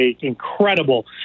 incredible